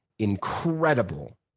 incredible